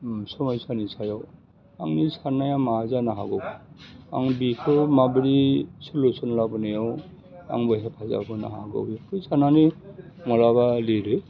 उम समायसानि सायाव आंनि साननाया मा जानो हागौ आं बिखौ माबोरै सलुसन लाबोनायाव आंबो हेफाजाब होनो हागौ बेखौ साननानै मालाबा लिरो